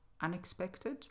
unexpected